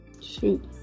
shoot